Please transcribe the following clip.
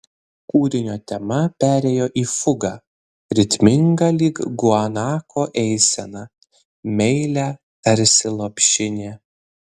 kūrinio tema perėjo į fugą ritmingą lyg guanako eisena meilią tarsi lopšinė